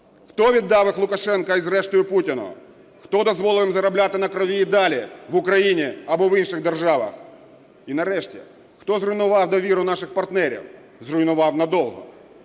Хто віддав їх Лукашенку і зрештою Путіну? Хто дозволив їм заробляти на крові і далі в Україні або в інших державах? І нарешті, хто зруйнував довіру наших партнерів, зруйнував надовго?